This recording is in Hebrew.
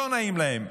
לא נעים להם,